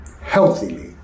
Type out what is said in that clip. healthily